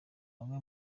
bamwe